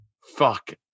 fuck